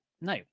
no